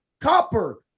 copper